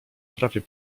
prawie